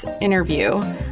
interview